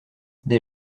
des